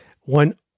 One